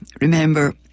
remember